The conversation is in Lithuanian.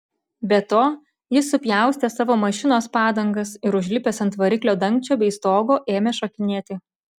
be to jis supjaustė savo mašinos padangas ir užlipęs ant variklio dangčio bei stogo ėmė šokinėti